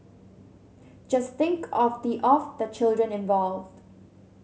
just think of the of the children involved